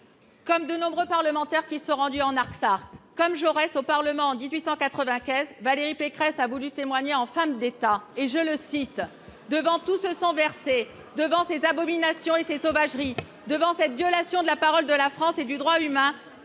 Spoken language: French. Comme de nombreux parlementaires qui sont rendus en Artsakh, comme Jaurès au Parlement en 1896, Valérie Pécresse a voulu témoigner en femme d'État :« Quoi, devant tout ce sang versé, devant ces abominations et ces sauvageries, devant cette violation de la parole de la France et du droit humain,